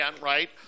right